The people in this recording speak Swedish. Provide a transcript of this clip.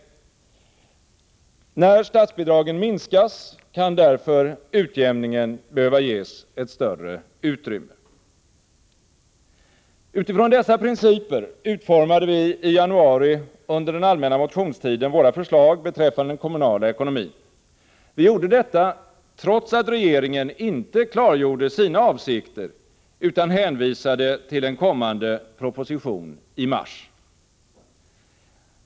När statsbidragen minskas, kan därför utjämningen behöva ges ett större utrymme. Utifrån dessa principer utformade vi i januari under den allmänna motionstiden våra förslag beträffande den kommunala ekonomin. Vi gjorde detta trots att regeringen inte klargjorde sina avsikter utan hänvisade till en kommande proposition i mars.